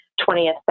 20th